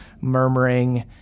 murmuring